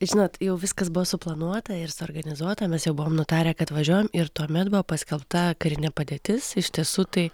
žinot jau viskas buvo suplanuota ir suorganizuota mes jau buvom nutarę kad važiuojam ir tuomet buvo paskelbta karinė padėtis iš tiesų tai